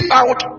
out